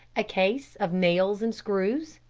a case of nails and screws.